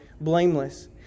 blameless